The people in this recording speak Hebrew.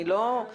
זה לא בהכרח.